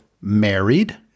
married